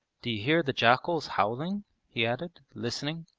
d'you hear the jackals howling he added, listening.